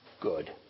good